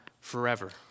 forever